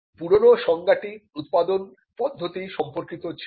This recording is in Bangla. পুরনো সঙ্গাটি উৎপাদন পদ্ধতি সম্পর্কিত ছিল